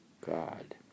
God